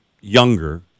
younger